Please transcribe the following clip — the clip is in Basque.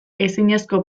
ezinezko